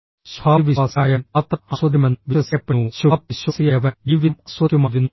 ശുഭാപ്തിവിശ്വാസിയായവൻ യാത്ര ആസ്വദിക്കുമെന്ന് വിശ്വസിക്കപ്പെടുന്നു ശുഭാപ്തിവിശ്വാസിയായവൻ ജീവിതം ആസ്വദിക്കുമായിരുന്നു